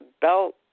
Bell